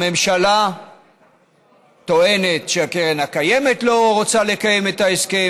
הממשלה טוענת שהקרן הקיימת לא רוצה לקיים את ההסכם